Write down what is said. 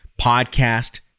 podcast